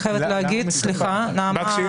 הוא בקשי,